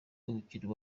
umukino